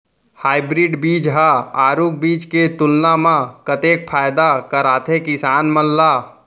Hybrid बीज हा आरूग बीज के तुलना मा कतेक फायदा कराथे किसान मन ला?